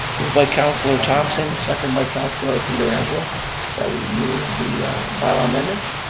by councillor thompson, second by councillor pietrangelo that we move the bylaw amendments.